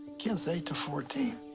kids eight to fourteen.